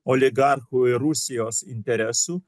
oligarchų ir rusijos interesų